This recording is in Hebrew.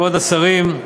כבוד השרים,